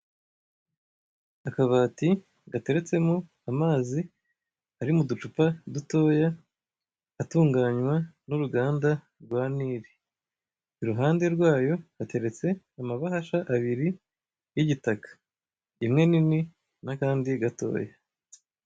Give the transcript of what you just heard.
Akabati gateretsemo amazi ari mu ducupa dutoya atunganywa n'uruganda rwa nile, iruhande rwayo hateretse amabahasha abiri y'igitaka imwe nini n'akandi gatoya.